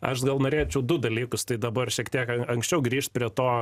aš gal norėčiau du dalykus tai dabar šiek tiek anksčiau grįžt prie to